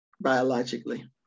biologically